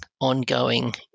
ongoing